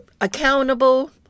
accountable